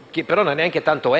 è una sorta di